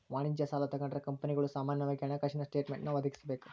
ವಾಣಿಜ್ಯ ಸಾಲಾ ತಗೊಂಡ್ರ ಕಂಪನಿಗಳು ಸಾಮಾನ್ಯವಾಗಿ ಹಣಕಾಸಿನ ಸ್ಟೇಟ್ಮೆನ್ಟ್ ಒದಗಿಸಬೇಕ